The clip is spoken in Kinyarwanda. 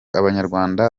abanyarwanda